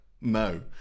No